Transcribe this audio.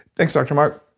thanks dr. mark.